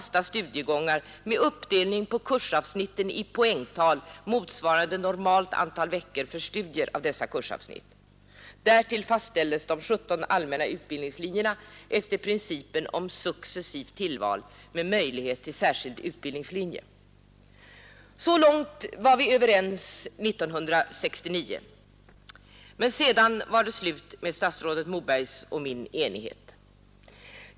Så långt var i överens 1969, sedan var det slut med statsrådet Mobergs och min enighet.